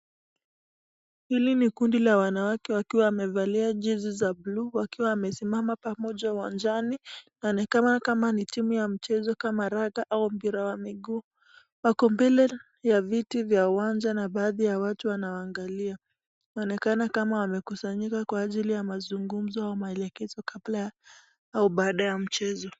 Hili ni kundi la wanawake wakiwa wamevalia jezi za buluu wakiwa wamesimama pamoja uwanjani na nikama ni timu ya michezo kama raga au mpira wa miguu, wako mbele ya viti vya uwanja na baadhi ya watu wanawaangalia inaonekana kama wamekusanyika kwa ajili ya mazungumzo wa maelekezo kabla au baada ya michezo.